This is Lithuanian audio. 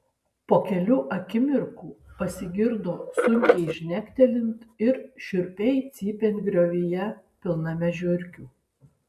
po kelių akimirkų pasigirdo sunkiai žnektelint ir šiurpiai cypiant griovyje pilname žiurkių